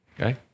Okay